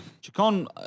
Chacon